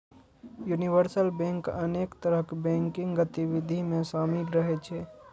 universal bank अनेक तरहक banking गतिविधि मे शामिल रहै छै